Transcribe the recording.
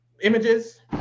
images